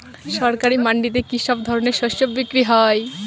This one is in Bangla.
সরকারি মান্ডিতে কি সব ধরনের শস্য বিক্রি হয়?